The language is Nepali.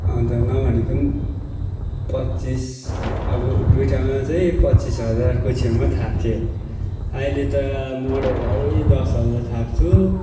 अन्त नभनेको पनि पच्चिस अब दुईटामा चाहिँ पच्चिस हजारको छेउमा थाप्थ्यो अहिले त मरेरै दस हजार थाप्छु